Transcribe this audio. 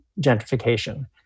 gentrification